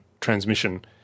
transmission